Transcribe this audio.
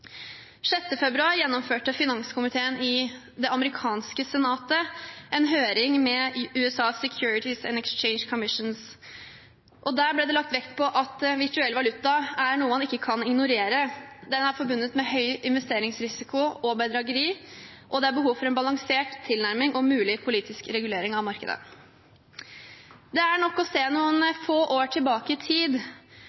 februar gjennomførte finanskomiteen i det amerikanske senatet en høring med USAs Securities and Exchange Commissions. Der ble det lagt vekt på at virtuell valuta er noe man ikke kan ignorere, det er forbundet med høy investeringsrisiko og bedrageri, og det er behov for en balansert tilnærming og mulig politisk regulering av markedet. Det er nok å se noen